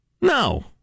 No